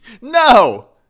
No